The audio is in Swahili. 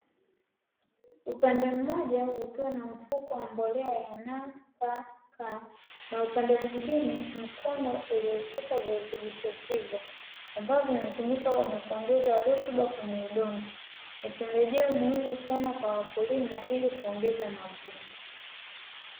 Upande mmoja ukiwa na mfuko wa mbolea ya nafaka, na upande mwingine mkono ulioshika virutubisho hivyo, ambavyo vinatumika kwenye kuongeza rutuba kwenye udongo, ni pembejeo muhimu sana kwa wakulima, ili kuongeza mavuno.